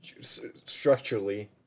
structurally